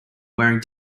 wearing